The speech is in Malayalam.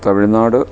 തമിഴ്നാട്